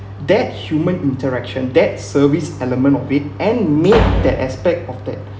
that human interaction that service element of it and made that aspect of that